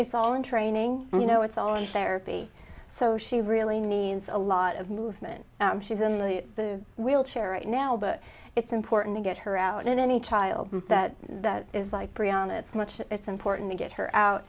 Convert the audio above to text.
it's all in training and you know it's all in therapy so she really needs a lot of movement she's in the wheelchair right now but it's important to get her out any child that that is like brianna it's much it's important to get her out